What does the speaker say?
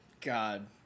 God